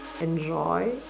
enjoy